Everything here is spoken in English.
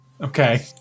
Okay